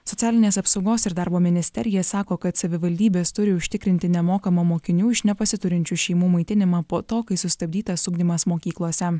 socialinės apsaugos ir darbo ministerija sako kad savivaldybės turi užtikrinti nemokamą mokinių iš nepasiturinčių šeimų maitinimą po to kai sustabdytas ugdymas mokyklose